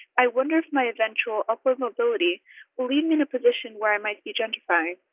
i wonder if my eventual upward mobility will leave me in a position where i might be gentrifying.